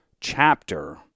chapter